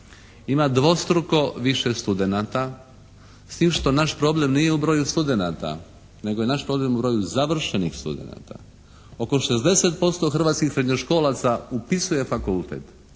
Ima dvostruko više studenata s tim što naš problem nije u broju studenata nego je naš problem u broju završenih studenata. Oko 60% hrvatskih srednjoškolaca upisuje fakultet,